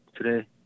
today